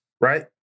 right